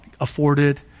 afforded